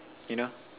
you know